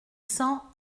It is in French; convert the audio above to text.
cent